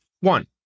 One